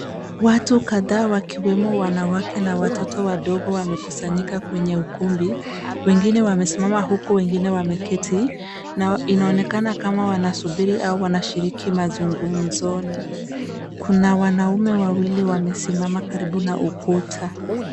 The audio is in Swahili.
Watu kadhaa wakiwemo wanawake na watoto wadogo wamekusanyika kwenye ukumbi, wengine wamesimama huku wengine wameketi na inaonekana kama wanasubiri au wanashiriki mazungumzoni. Kuna wanaume wawili wamesimama karibu na ukuta.